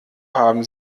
haben